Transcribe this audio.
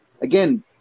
again